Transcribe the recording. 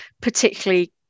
particularly